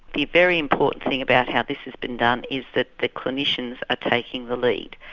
the very important thing about how this has been done is that the clinicians are taking the lead.